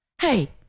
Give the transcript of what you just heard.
Hey